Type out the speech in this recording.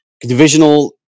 divisional